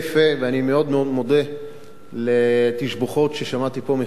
ואני מאוד מאוד מודה על התשבחות ששמעתי פה מחברי הכנסת,